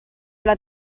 alla